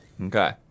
Okay